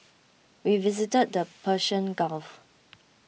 we visited the Persian Gulf